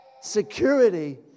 security